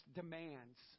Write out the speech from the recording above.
demands